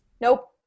nope